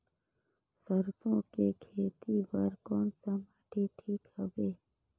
सरसो के खेती बार कोन सा माटी ठीक हवे?